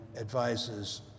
advises